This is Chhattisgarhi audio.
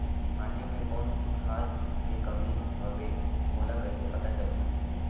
माटी मे कौन खाद के कमी हवे मोला कइसे पता चलही?